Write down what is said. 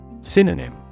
Synonym